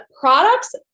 products